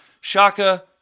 Shaka